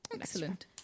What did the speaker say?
Excellent